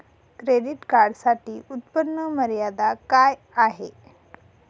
Credit कार्डसाठी उत्त्पन्न मर्यादा काय आहे?